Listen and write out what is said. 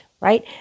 right